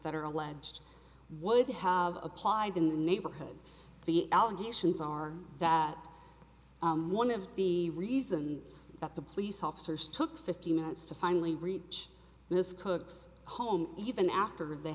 that are alleged would have applied in the neighborhood the allegations are that one of the reasons that the police officers took fifteen minutes to finally reach this cook's home even after they